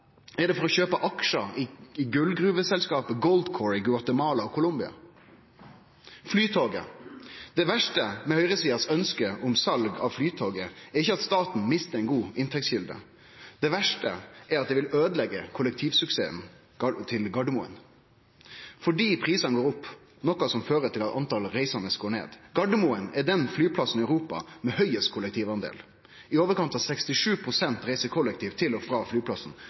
Er det for å kjøpe aksjar i gullgruveselskapet Goldcorp i Guatemala og Colombia? Flytoget: Det verste med høgresidas ønske om sal av Flytoget er ikkje at staten mister ei god inntektskjelde. Det verste er at det vil øydeleggje kollektivsuksessen til Gardermoen, fordi prisane vil gå opp, noko som fører til at talet på reisande går ned. Gardermoen er den flyplassen i Europa med høgast kollektivdel. I overkant av 67 pst. reiser kollektivt til og frå flyplassen